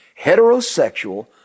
Heterosexual